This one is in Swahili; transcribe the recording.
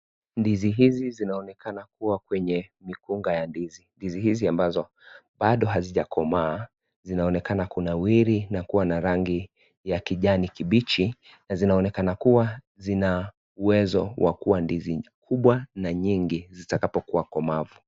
Ndizi hizi zinaonekana kuwa kwenye mikunga ya ndizi, ndizi hizi ambazo bado hazijakomaa zinaonekana kunawiri na kuwa na rangi ya kijani kibichi na zinaonekana kuwa zina uwezo wa kuwa ndizi kubwa na nyingi zitakapokua komavu.